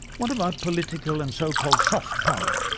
what about political and so-called soft power?